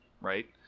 Right